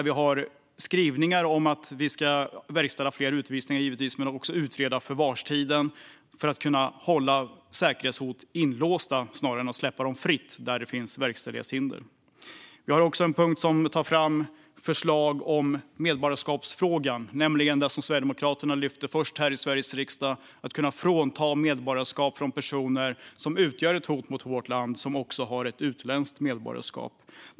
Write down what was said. Vi har skrivningar om att vi givetvis ska verkställa fler utvisningar men också utreda förvarstiden för att kunna hålla personer som utgör säkerhetshot inlåsta snarare än att släppa dem fria, där det finns verkställighetshinder. Vi har också en punkt med förslag i medborgarskapsfrågan, nämligen det som Sverigedemokraterna lyfte först här i Sveriges riksdag: att kunna frånta personer som utgör ett hot mot vårt land och som också har ett utländskt medborgarskap deras svenska medborgarskap.